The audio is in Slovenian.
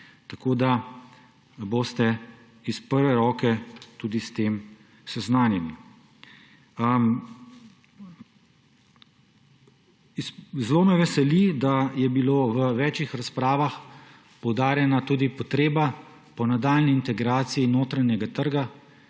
tako da boste iz prve roke s tem seznanjeni. Zelo me veseli, da je bila v več razpravah poudarjena tudi potreba po nadaljnji integraciji notranjega trga,